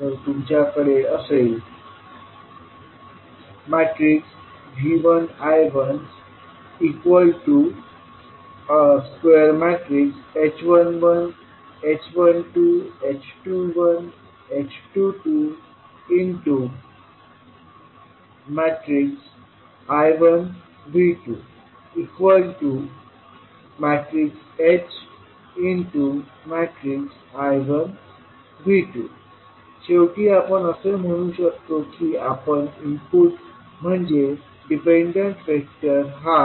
तर तुमच्याकडे असेल V1 I2 h11 h12 h21 h22 I1 V2 hI1 V2 शेवटी आपण असे म्हणू शकतो की आपण इनपुट म्हणजे डिपेंडंट व्हेक्टर हा